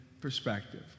perspective